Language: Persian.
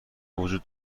وجود